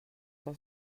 cent